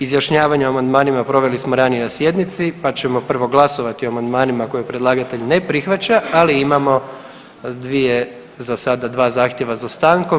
Izjašnjavanje o amandmanima proveli smo ranije na sjednici pa ćemo prvo glasovati o amandmanima koje predlagatelj ne prihvaća, ali imamo dvije za sada dva zahtjeva za stankom.